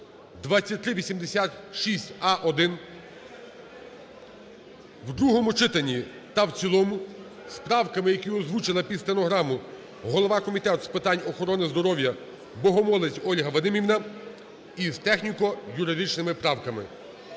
2386а-1) в другому читанні та в цілому з правками, які озвучила під стенограму голова Комітету з питань охорони здоров'я Богомолець Ольга Вадимівна із техніко-юридичними правками.